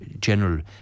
general